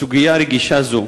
בסוגיה רגישה זו?